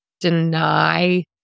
deny